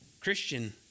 Christian